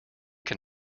can